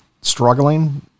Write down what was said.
struggling